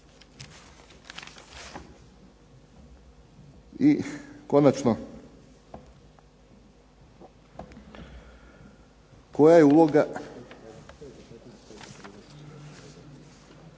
I konačno, koja je uloga